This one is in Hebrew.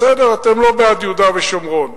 בסדר, אתם לא בעד יהודה ושומרון.